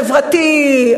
חברתי,